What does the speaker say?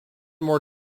more